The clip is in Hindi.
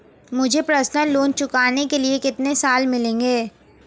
मुझे पर्सनल लोंन चुकाने के लिए कितने साल मिलेंगे?